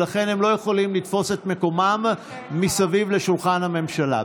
ולכן הם לא יכולים לתפוס את מקומם סביב שולחן הממשלה.